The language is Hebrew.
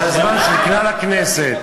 זה הזמן של כלל הכנסת.